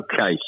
Okay